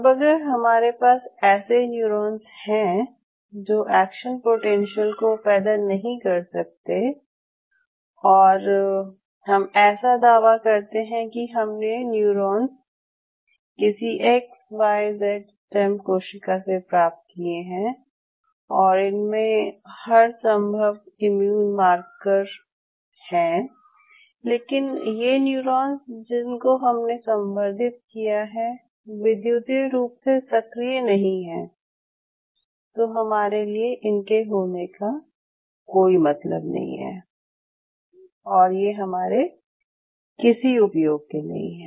अब अगर हमारे पास ऐसे न्यूरॉन्स हैं जो एक्शन पोटेंशिअल को पैदा नहीं कर सकते और हम ऐसा दावा करते हैं कि हमने न्यूरॉन्स किसी एक्स वाय ज़ेड स्टेम कोशिका से प्राप्त किये हैं और इनमें हर संभव इम्यून मार्कर हैं लेकिन यदि ये न्यूरॉन्स जिनको हमने संवर्धित किया है विद्युतीय रूप से सक्रिय नहीं हैं तो हमारे लिए इनके होने का कोई मतलब नहीं है और ये हमारे किसी उपयोग के नहीं हैं